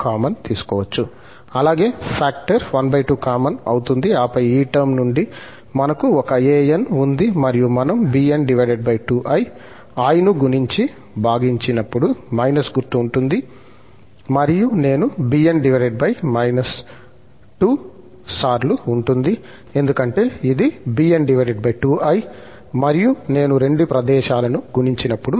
అలాగే factor 12 common అవుతుంది ఆపై ఈ టర్మ్ నుండి మనకు ఒక an ఉంది మరియు మనం bn 2i i ను గుణించిభాగించినప్పుడు గుర్తు ఉంటుంది మరియు నేను bn 2 సార్లు ఉంటుంది ఎందుకంటే ఇది bn2i మరియు నేను రెండు ప్రదేశాలను గుణించినప్పుడు